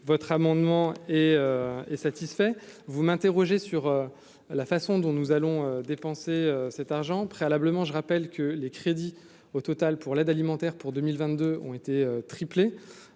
votre amendement et est satisfait. Vous m'interrogez sur la façon dont nous allons dépenser cet argent préalablement, je rappelle que les crédits au total pour l'aide alimentaire pour 2022 ont été triplé